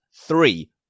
three